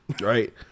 Right